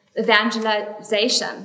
evangelization